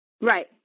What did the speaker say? right